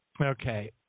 Okay